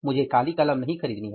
मुझे काली कलम नहीं खरीदनी है